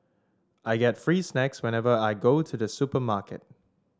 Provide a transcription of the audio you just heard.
I get free snacks whenever I go to the supermarket